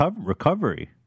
recovery